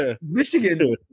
Michigan